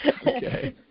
Okay